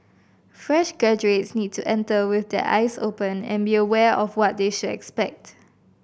fresh graduates need to enter with their eyes open and be aware of what they should expect